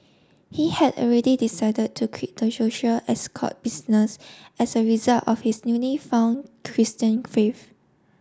he had already decided to quit the social escort business as a result of his newly found Christian faith